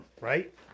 right